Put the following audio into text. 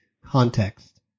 Context